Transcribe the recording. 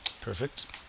Perfect